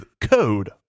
code